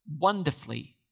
wonderfully